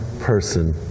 person